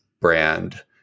brand